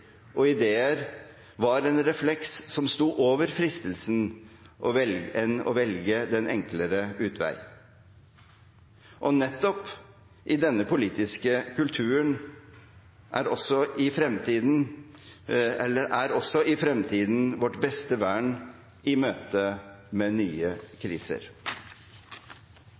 og ideer var en refleks som sto over fristelsen til å velge den enklere utvei. Nettopp denne politiske kulturen er også i fremtiden vårt beste vern i møte med nye kriser. Dermed, kjære medrepresentanter, skal vi gå over til vårt demokratiske virke, nemlig dagens møte.